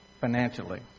Financially